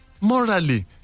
morally